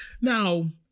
Now